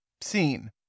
seen